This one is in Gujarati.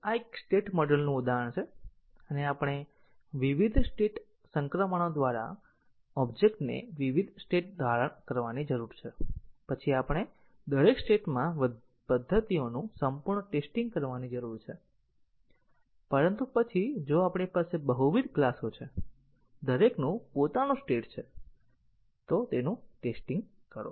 આ એક સ્ટેટ મોડેલનું ઉદાહરણ છે અને આપણે વિવિધ સ્ટેટ સંક્રમણો દ્વારા ઓબ્જેક્ટને વિવિધ સ્ટેટ ધારણ કરવાની જરૂર છે અને પછી આપણે દરેક સ્ટેટમાં પદ્ધતિઓનું સંપૂર્ણ ટેસ્ટીંગ કરવાની જરૂર છે પરંતુ પછી જો આપણી પાસે બહુવિધ ક્લાસો છે દરેકનું પોતાનું સ્ટેટ છે તેની ટેસ્ટીંગ કરો